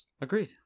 Agreed